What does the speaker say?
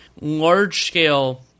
large-scale